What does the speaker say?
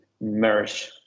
merge